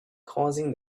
causing